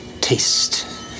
taste